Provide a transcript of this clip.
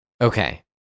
Okay